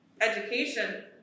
education